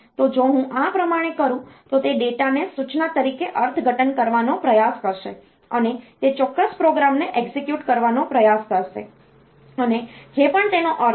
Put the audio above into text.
તો જો હું આ પ્રમાણે કરું તો તે ડેટાને સૂચના તરીકે અર્થઘટન કરવાનો પ્રયાસ કરશે અને તે ચોક્કસ પ્રોગ્રામને એક્ઝિક્યુટ કરવાનો પ્રયાસ કરશે અને જે પણ તેનો અર્થ હોય